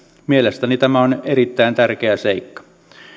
mielestäni tämä on erittäin tärkeä seikka